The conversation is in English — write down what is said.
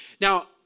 Now